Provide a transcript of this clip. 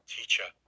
Teacher